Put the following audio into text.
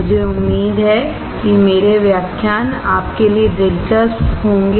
मुझे उम्मीद है कि मेरे व्याख्यान आपके लिए दिलचस्प होंगे